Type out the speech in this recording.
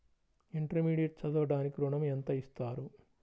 Intermediate చదవడానికి ఋణం ఎంత ఇస్తారు?